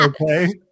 okay